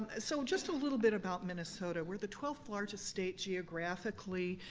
ah so just a little bit about minnesota. we're the twelfth largest state geographically,